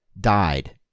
died